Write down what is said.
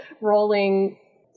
rolling